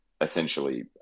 essentially